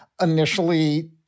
initially